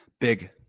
Big